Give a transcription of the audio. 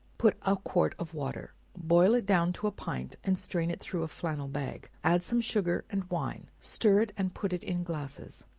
put a quart of water boil it down, to a pint, and strain it through a flannel bag add some sugar and wine stir it and put it in glasses.